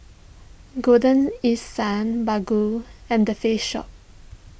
Golden East Sun Baggu and the Face Shop